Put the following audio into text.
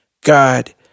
God